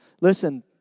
Listen